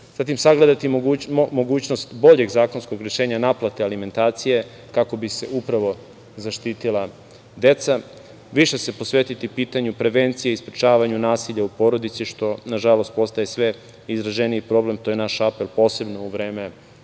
Zatim, sagledati mogućnost boljeg zakonskog rešenja naplate alimentacije kako bi se upravo zaštitila deca. Više se posvetiti pitanju prevenciju i sprečavanju nasilja u porodici što nažalost postaje sve izraženiji problem to je naš apel posebno u vreme kovida,